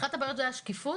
אחת הבעיות זו השקיפות,